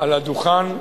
על הדוכן.